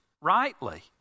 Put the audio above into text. rightly